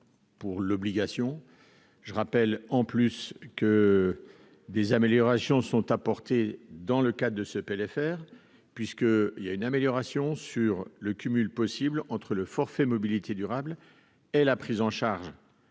pour l'obligation je rappelle en plus que des améliorations sont apportées dans le cas de ce PLFR puisque il y a une amélioration sur le cumul possible entre le forfait mobilité durable et la prise en charge